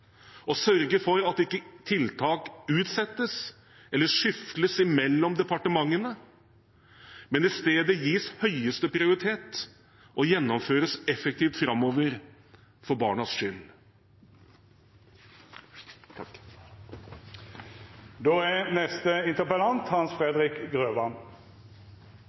sørge for at tiltak ikke utsettes eller skyfles mellom departementene, men i stedet gis høyeste prioritet og gjennomføres effektivt framover for barnas skyld? Neste interpellant er representanten Hans Fredrik Grøvan.